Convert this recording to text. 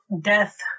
death